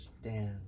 stand